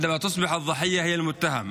(אומר בערבית ומתרגם:)